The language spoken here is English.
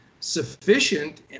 sufficient